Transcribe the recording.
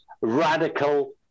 radical